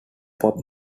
pop